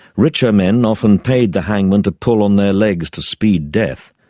richer men often paid the hangman to pull on their legs to speed death.